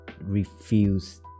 refuse